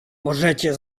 możecie